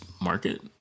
Market